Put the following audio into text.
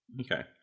Okay